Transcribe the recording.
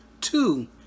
Two